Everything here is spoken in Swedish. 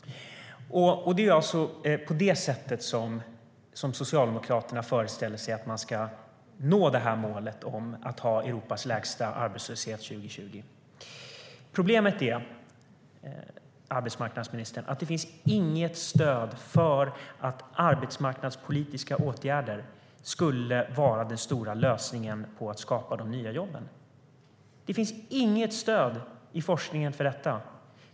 Det är på det sättet som Socialdemokraterna föreställer sig att man ska nå målet att ha Europas lägsta arbetslöshet 2020.Problemet är, arbetsmarknadsministern, att det inte finns något stöd för att arbetsmarknadspolitiska åtgärder skulle vara den stora lösningen på att skapa de nya jobben. Det finns inget stöd i forskningen för detta.